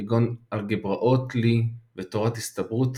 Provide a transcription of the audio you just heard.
כגון אלגבראות לי ותורת ההסתברות,